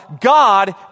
God